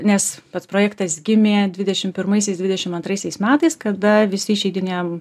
nes pats projektas gimė dvidešimt pirmaisiais dvidešimt antraisiais metais kada visi išeidinėjom